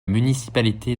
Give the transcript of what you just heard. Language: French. municipalité